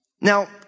Now